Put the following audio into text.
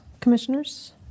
commissioners